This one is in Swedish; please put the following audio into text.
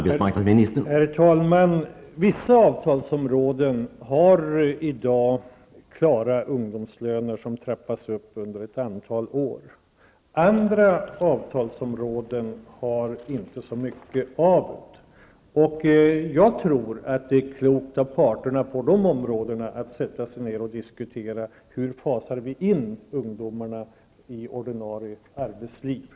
Herr talman! Vissa avtalsområden har i dag klara ungdomslöner som trappas upp under ett antal år. Andra avtalsområden har inte så mycket av detta. Jag tror att det är klokt av parterna på dessa områden att sätta sig ned och diskutera hur ungdomarna så att säga fasas in i det ordinarie arbetslivet.